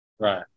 Right